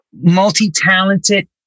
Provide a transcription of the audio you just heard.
multi-talented